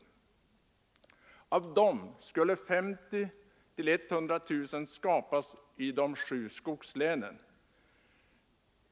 Av dessa skall 50 000-100 000 arbetstillfällen skapas i de sju skogslänen.